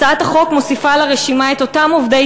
הצעת החוק מוסיפה לרשימה את אותם עובדי